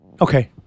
Okay